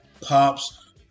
Pops